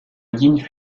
ligne